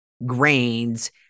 grains